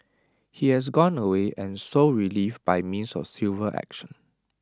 he has gone away and sought relief by means of civil action